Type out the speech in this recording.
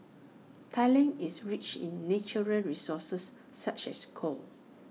Thailand is rich in natural resources such as coal